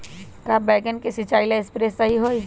का बैगन के सिचाई ला सप्रे सही होई?